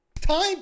time